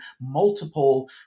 multiple